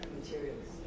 materials